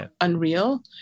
unreal